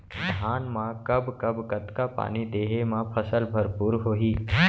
धान मा कब कब कतका पानी देहे मा फसल भरपूर होही?